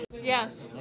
yes